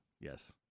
Yes